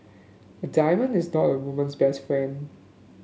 a diamond is not a woman's best friend